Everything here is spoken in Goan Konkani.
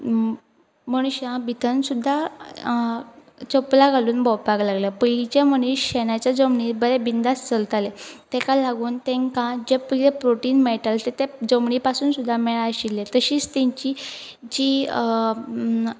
मनशां भितन सुद्दा चपला घालून भोंवपाक लागल्या पयलींच्या मनीस शेणाच्या जमीन बरे बिंदास चलताले तेका लागून तेंकां जे पयलें प्रोटीन मेळटाले तें ते जमीन पासून सुद्दा मेळ आशिल्लें तशींच तेंची जी